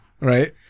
Right